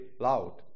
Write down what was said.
loud